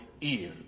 ear